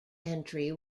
entry